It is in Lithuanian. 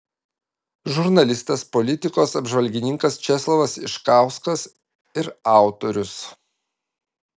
žurnalistas politikos apžvalgininkas česlovas iškauskas ir autorius